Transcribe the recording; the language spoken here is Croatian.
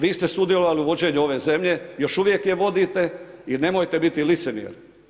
Vi ste sudjelovali u vođenju ove zemlje, još uvijek je vodite i nemojte biti licemjerni.